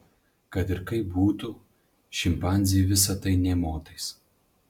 kad ir kaip būtų šimpanzei visa tai nė motais